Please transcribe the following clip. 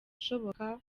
ishoboka